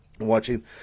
Watching